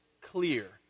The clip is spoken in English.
clear